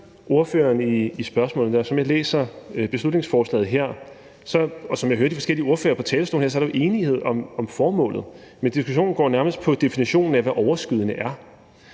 i forhold til spørgsmålet, og som jeg læser beslutningsforslaget, og som jeg hører de forskellige ordførere på talerstolen her, er der jo enighed om formålet. Men diskussionen går nærmest på definitionen af, hvad overskydende er.